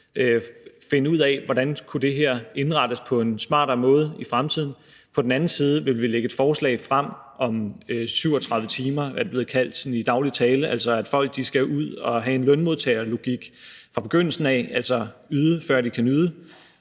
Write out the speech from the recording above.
finde ud af, hvordan det her kunne indrettes på en smartere måde i fremtiden; på den anden side ville vi lægge et forslag frem om 37 timer – som det er blevet kaldt sådan i daglig tale – altså at folk skal have en lønmodtagerlogik fra begyndelsen af, altså yde, før de kan nyde.